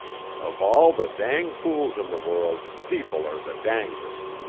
of all the dang fools in the world, people are the dangdest,